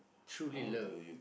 truly love